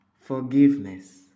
forgiveness